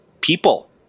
people